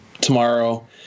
tomorrow